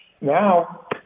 Now